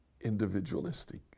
individualistic